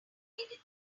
anything